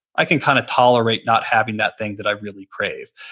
i can kind of tolerate not having that thing that i really crave.